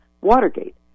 Watergate